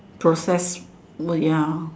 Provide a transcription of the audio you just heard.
process !whoa! ya